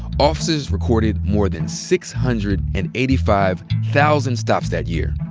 officers recorded more than six hundred and eighty five thousand stops that year.